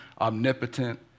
omnipotent